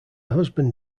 husband